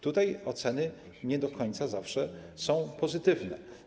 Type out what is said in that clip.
Tutaj oceny nie do końca zawsze są pozytywne.